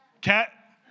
cat